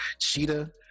Cheetah